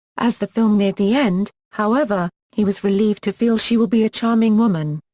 as the film neared the end, however, he was relieved to feel she will be a charming woman.